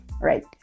Right